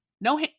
no